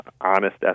honest